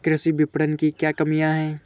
कृषि विपणन की क्या कमियाँ हैं?